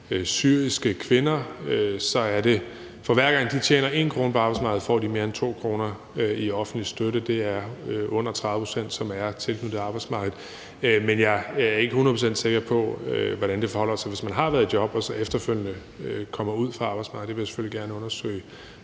for hver gang de tjener 1 kr. på arbejdsmarkedet, får de mere end 2 kr. i offentlig støtte. Det er under 30 pct., som er tilknyttet arbejdsmarkedet. Men jeg er ikke hundrede procent sikker på, hvordan det forholder sig, hvis man har været i job og så efterfølgende kommer ud fra arbejdsmarkedet. Det vil jeg selvfølgelig gerne undersøge